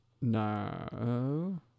No